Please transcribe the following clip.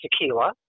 tequila